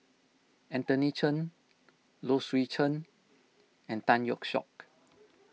Anthony Chen Low Swee Chen and Tan Yeok Seong